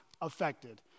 affected